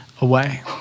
away